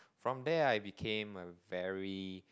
from there I became a very